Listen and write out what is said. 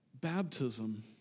Baptism